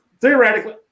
theoretically